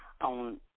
on